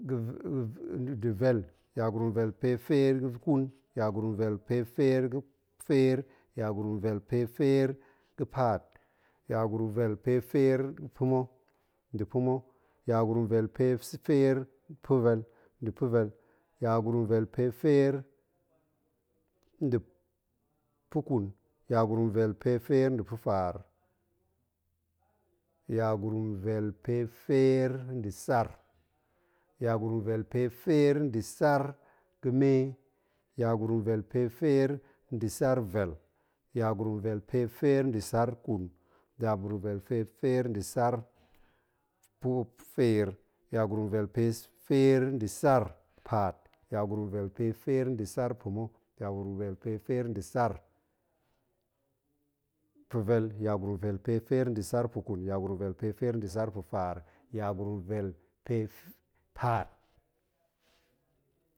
Ga̱ da̱ vel. yagurum vel pe feer ga̱ ƙun, yagurum vel pe feer ga̱ feer, yagurum vel pe feer ga̱ paat, yagurum vel pe feer ga̱ pa̱ma̱, nda̱ pa̱ma̱, yagurum vel pe feer ga̱ pa̱vel, nda̱ pa̱vel, yagurum vel pe feer nda̱ pa̱ƙun, yagurum vel pe feer nda̱ pa̱faar, yagurum vel pe feer nda̱ sar, yagurum vel pe feer nda̱ sar ga̱me, yagurum vel pe feer nda̱ sar vel, yagurum vel pe feer nda̱ sar ƙun, yagurum vel pe feer nda̱ sar pa̱ feer, yagurum vel pe feer nda̱ sar paat, yagurum vel pe feer nda̱ sar pa̱ma̱, yagurum vel pe feer nda̱ sar pa̱vel, yagurum vel pe feer nda̱ sar puƙun, yagurum vel pe feer nda̱ sar pa̱faar, yagurum vel pe f paat.